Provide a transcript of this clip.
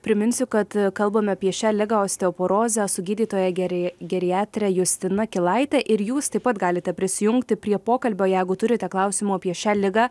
priminsiu kad kalbame apie šią ligą osteoporozę su gydytoja geri geriatre justina kilaite ir jūs taip pat galite prisijungti prie pokalbio jeigu turite klausimų apie šią ligą